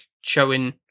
showing –